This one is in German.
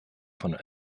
von